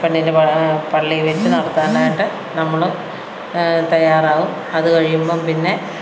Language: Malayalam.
പെണ്ണിൻ്റെ പള്ളിയില് വച്ച് നടത്താനായിട്ട് നമ്മള് തയ്യാറാവും അത് കഴിയുമ്പോള് പിന്നെ